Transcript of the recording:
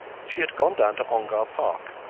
she had gone down to ongar park,